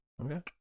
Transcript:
okay